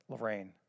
Lorraine